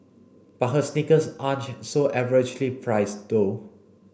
but her sneakers aren't so averagely priced though